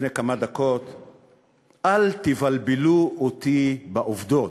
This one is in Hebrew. לפני כמה דקות: אל תבלבלו אותי בעובדות,